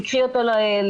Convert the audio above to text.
תיקחי אותו לכלא?